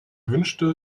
wünschte